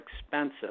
expensive